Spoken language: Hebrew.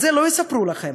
את זה לא יספרו לכם